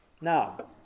Now